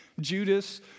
Judas